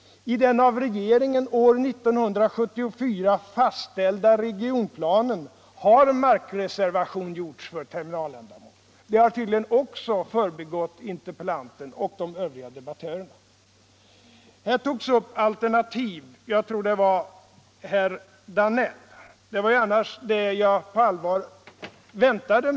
I den av regeringen år 1974 fastställda regionplanen har markreservation gjorts för terminaländamål. Detta har tydligen också förbigått interpellanten och de övriga debattörerna. Jag tror det var herr Danell som talade om alternativ.